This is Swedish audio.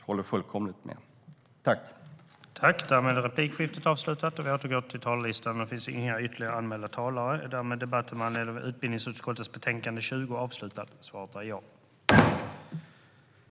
Jag håller fullkomligt med om det.